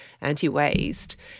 anti-waste